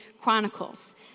Chronicles